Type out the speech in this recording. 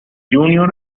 junior